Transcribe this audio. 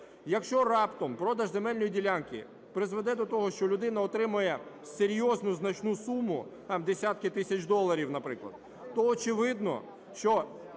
Якщо раптом продаж земельної ділянки призведе до того, що людина отримає серйозну, значну суму в десятки тисяч доларів, наприклад, то